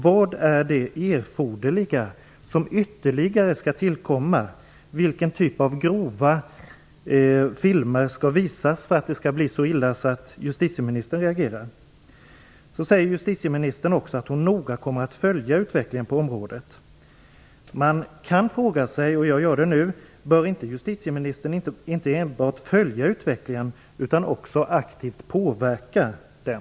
Vad är det erforderliga som ytterligare skall tillkomma? Vilken typ av grova filmer skall visas för att det skall bli så illa att justitieministern reagerar? Justitieministern säger också att hon noga kommer att följa utvecklingen på området. Man kan fråga sig, och jag gör det nu, om justitieministern inte enbart bör följa utvecklingen utan också aktivt påverka den?